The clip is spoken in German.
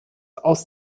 aus